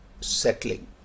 settling